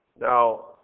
Now